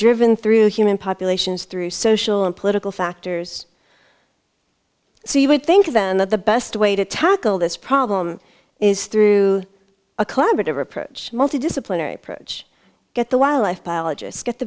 driven through human populations through social and political factors so you would think of them that the best way to tackle this problem is through a collaborative approach multidisciplinary approach get the wildlife biolog